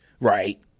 Right